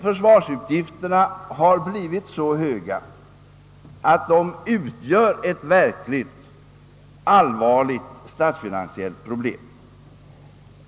Försvarsutgifterna har blivit så höga, att de utgör ett verkligt allvarligt statsfinansiellt problem.